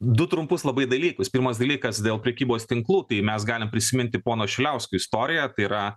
du trumpus labai dalykus pirmas dalykas dėl prekybos tinklų tai mes galim prisiminti pono šiliauskio istoriją tai yra